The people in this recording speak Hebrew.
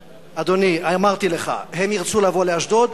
אדוני, אמרתי לך: הם ירצו לבוא לאשדוד.